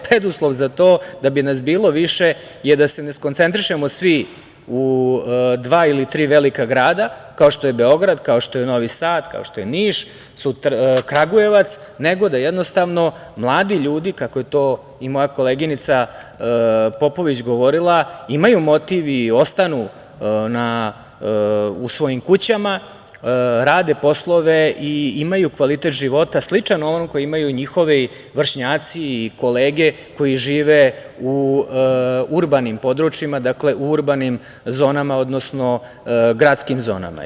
Preduslov za to, da bi nas bilo više, je da se ne skoncentrišemo svi u dva ili tri velika grada, kao što je Beograd, kao što je Novi Sad, kao što je Niš, Kragujevac, nego da jednostavno mladi ljudi, kako je to i moja koleginica Popović govorila, imaju motiv i ostanu u svojim kućama, rade poslove i imaju kvalitet života sličan onom koji imaju njihovi vršnjaci i kolege koji žive u urbanim područjima, dakle u urbanim zonama, odnosno gradskim zonama.